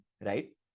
right